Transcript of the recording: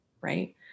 Right